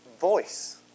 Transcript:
voice